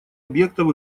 объектов